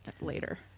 later